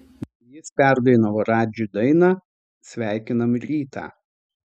jis perdainavo radži dainą sveikinam rytą